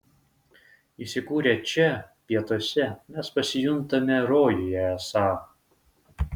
įsikūrę čia pietuose mes pasijuntame rojuje esą